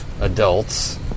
adults